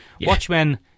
Watchmen